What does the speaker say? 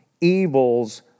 evils